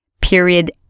period